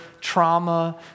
trauma